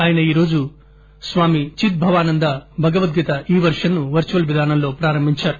ఆయన ఈరోజు స్వామి చిద్ భవానంద భగవద్గీత ఈ పెర్షన్ ను వర్సువల్ విధానంలో ప్రారంభించారు